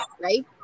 right